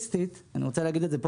סטטיסטית אני רוצה להגיד את זה פה,